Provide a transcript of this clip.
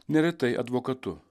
neretai advokatu